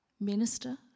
minister